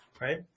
right